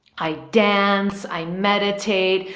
i dance. i meditate.